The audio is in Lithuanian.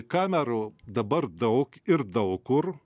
kamerų dabar daug ir daug kur